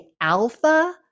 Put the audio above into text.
alpha